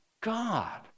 God